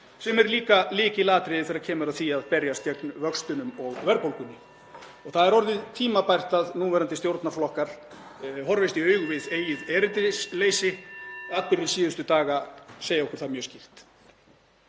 sem er líka lykilatriði þegar kemur að því að berjast gegn vöxtunum og verðbólgunni. Það er orðið tímabært að núverandi stjórnarflokkar horfist í augu við eigin erindisleysi. Atburðir síðustu daga segja okkur það mjög skýrt.